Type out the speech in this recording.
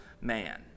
man